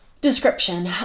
Description